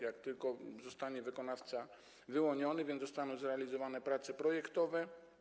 Jak tylko zostanie wykonawca wyłoniony, zostaną zrealizowane prace projektowe.